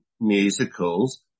musicals